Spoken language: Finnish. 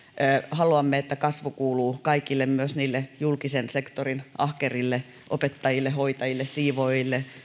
haluamme että kasvu kuuluu kaikille myös niille julkisen sektorin ahkerille opettajille hoitajille siivoojille